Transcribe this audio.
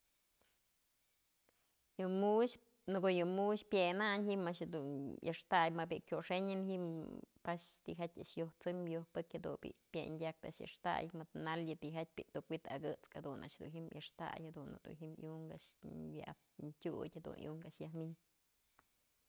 Yë mu'uxë në ko'o yë mu'uxë pyenan ji'im a'ax jedun ëxtay ma bi'i kuxënyën ji'im pax tijatyë yoj sëm yoj pëk, jadun bi'i pyendak a'ax ëxtay, mëd nailë tyjatyë bi'i tuk wi'it akëk t'skë